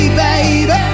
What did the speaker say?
baby